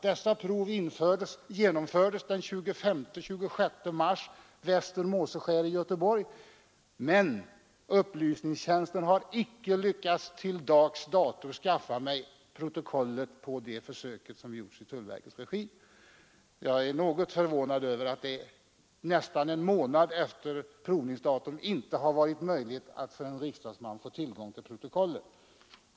Den 24 och 25 mars prövades länsorna väst Måseskär utanför Göteborg, men riksdagens upplysningstjänst har till dags dato inte lyckats skaffa mig protokollet från det försöket som gjordes i tullverkets regi. Jag är förvånad över att det nästan en månad efter provningsdatum inte skall gå för en riksdagsman att få tillgång till protokollet.